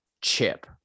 chip